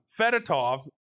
Fedotov